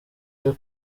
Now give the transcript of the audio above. byo